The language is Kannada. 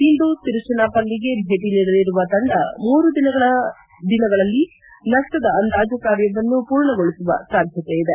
ಇಂದು ತಿರುಚಿನಪಲ್ಲಿಗೆ ಭೇಟಿ ನೀಡಲಿರುವ ತಂಡ ಮೂರು ದಿನಗಳಲ್ಲಿ ನಷ್ಷದ ಅಂದಾಜು ಕಾರ್ಯವನ್ನು ಮೂರ್ಣಗೊಳಿಸುವ ಸಾಧ್ಯತೆ ಇದೆ